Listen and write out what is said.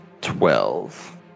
twelve